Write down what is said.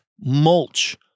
mulch